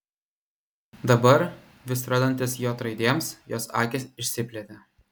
dabar vis randantis j raidėms jos akys išsiplėtė